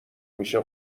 میشه